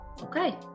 Okay